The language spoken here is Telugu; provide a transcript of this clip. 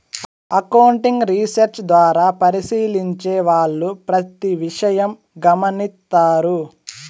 అకౌంటింగ్ రీసెర్చ్ ద్వారా పరిశీలించే వాళ్ళు ప్రతి విషయం గమనిత్తారు